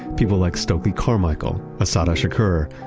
people like stokely carmichael, assata shakur,